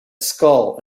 skull